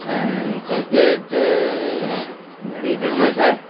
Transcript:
ऐं क्रिकेट त घणी फेमस आहे